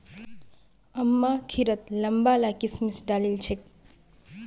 अम्मा खिरत लंबा ला किशमिश डालिल छेक